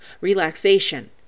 relaxation